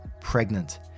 pregnant